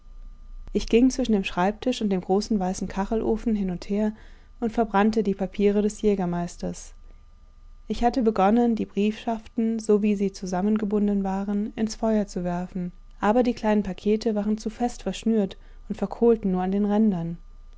ich ging zwischen dem schreibtisch und dem großen weißen kachelofen hin und her und verbrannte die papiere des jägermeisters ich hatte begonnen die briefschaften so wie sie zusammengebunden waren ins feuer zu werfen aber die kleinen pakete waren zu fest verschnürt und verkohlten nur an den rändern